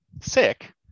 sick